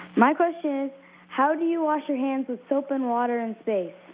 my question is how do you wash your hands with soap and water in space?